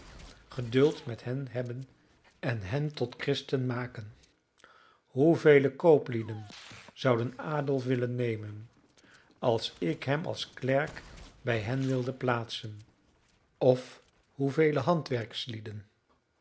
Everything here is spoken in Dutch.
geduld met hen hebben en hen tot christenen maken hoevele kooplieden zouden adolf willen nemen als ik hem als klerk bij hen wilde plaatsen of hoevele